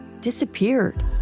disappeared